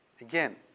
Again